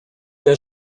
der